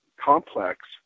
complex